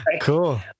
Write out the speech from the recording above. Cool